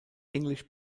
english